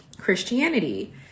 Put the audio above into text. Christianity